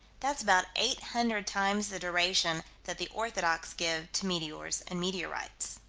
that's about eight hundred times the duration that the orthodox give to meteors and meteorites.